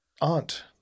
aunt